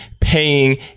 paying